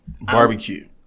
Barbecue